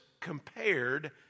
compared